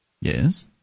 Yes